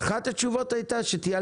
אבל פה מדובר על משהו שיקרה בעוד